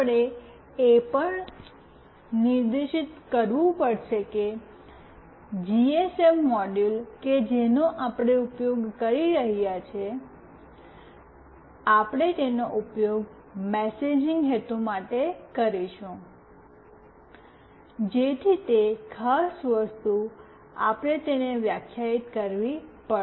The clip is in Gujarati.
આપણે એ પણ નિર્દિષ્ટ કરવું પડશે કે જીએસએમ મોડ્યુલ કે જેનો આપણે ઉપયોગ કરી રહ્યા છીએ આપણે તેનો ઉપયોગ મેસેજિંગ હેતુ માટે કરીશું જેથી તે ખાસ વસ્તુ આપણે તેને વ્યાખ્યાયિત કરવી પડશે